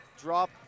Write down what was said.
drop